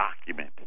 document